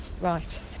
Right